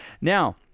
Now